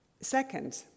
Second